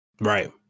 Right